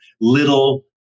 little